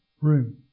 room